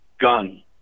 gun